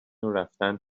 ورفتن